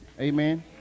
Amen